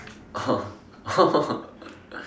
oh oh